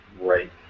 right